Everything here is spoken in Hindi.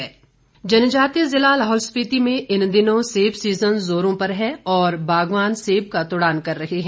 लाहौल सेब जनजातीय जिला लाहौल स्पीति में इन दिनों सेब सीजन जोरों पर है और बागवान सेब का तुड़ान कर रहे हैं